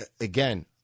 Again